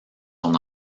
son